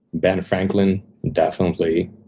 ben franklin, definitely.